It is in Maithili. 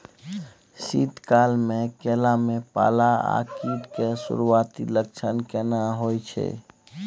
शीत काल में केला में पाला आ कीट के सुरूआती लक्षण केना हौय छै?